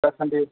दासान्दि